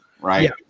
right